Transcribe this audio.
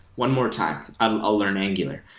one more time. um i'll learn angular.